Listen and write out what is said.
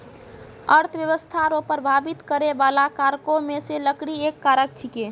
अर्थव्यस्था रो प्रभाबित करै बाला कारको मे से लकड़ी एक कारक छिकै